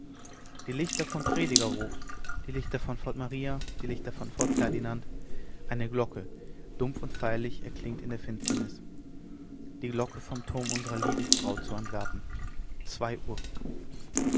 die lichter von predigerhof die lichter von fort maria die lichter von fort ferdinand eine glocke dumpf und feierlich erklingt in der finsternis die glocke vom turm unserer lieben frau zu antwerpen zwei uhr